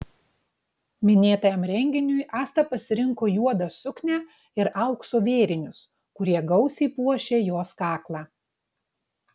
minėtajam renginiui asta pasirinko juodą suknią ir aukso vėrinius kurie gausiai puošė jos kaklą